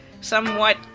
somewhat